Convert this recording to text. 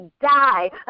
die